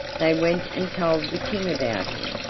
they went and told the king about him,